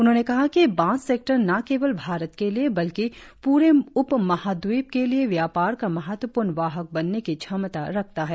उन्होंने कहा कि बांस सेक्टर न केवल भारत के लिए बल्कि पूरे उपमहाद्वीप के लिए व्यापार का महत्वपूर्ण वाहक बनने की क्षमता रखता है